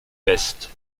fest